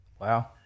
Wow